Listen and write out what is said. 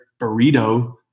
burrito